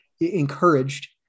encouraged